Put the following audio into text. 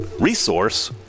Resource